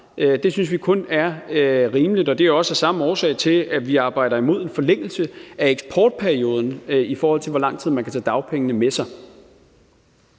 Det synes vi kun er rimeligt, og det er også årsagen til, at vi arbejder imod en forlængelse af eksportperioden, i forhold til hvor lang tid man kan tage dagpengene med sig.